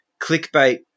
clickbait